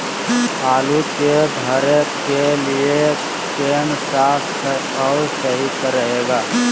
आलू के भरे के लिए केन सा और सही रहेगा?